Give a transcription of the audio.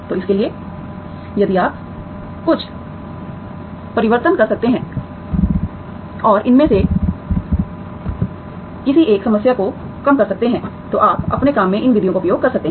तो इसके लिए यदि आप कुछ परिवर्तन कर सकते हैं और इनमें से किसी एक समस्या को कम कर सकते हैं तो आप अपने काम में इन विधियों का उपयोग कर सकते हैं